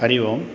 हरिः ओम्